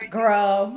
Girl